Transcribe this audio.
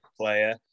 player